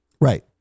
right